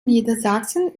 niedersachsen